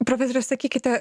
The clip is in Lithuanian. profesore sakykite